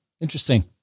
Interesting